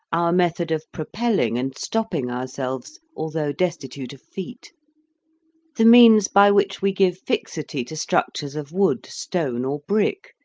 our method of propelling and stopping ourselves, although destitute of feet the means by which we give fixity to structures of wood, stone, or brick,